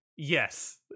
Yes